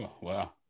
wow